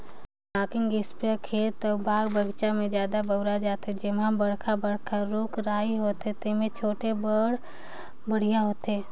rocking sprayer खेत अउ बाग बगीचा में जादा बउरे जाथे, जेम्हे जादा बड़खा बड़खा रूख राई होथे तेम्हे छीटे बर बड़िहा होथे